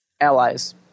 Allies